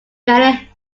many